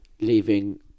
Leaving